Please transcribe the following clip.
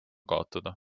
kaotada